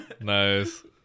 Nice